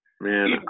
Man